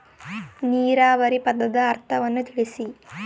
ನೀರಾವರಿ ಪದದ ಅರ್ಥವನ್ನು ತಿಳಿಸಿ?